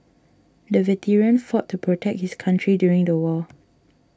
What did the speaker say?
the veteran fought to protect his country during the war